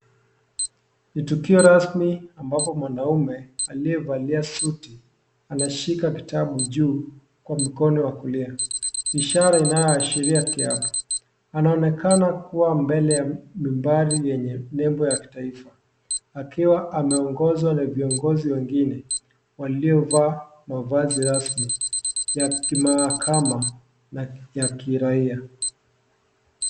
Ni tukio rasmi ambapo mwanaume aliyevalia suti anashika kitabu juu kwa mkono wa kulia ishara inayoashiria kiapo, anaonekana kuwa mbele ya membari yenye nembo ya kitaifa, akiwa ameongozwa na viongozi wengine waliovaa mavazi rasmi ya kimahakama na ya kiraia.